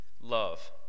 love